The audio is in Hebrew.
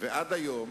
ועד היום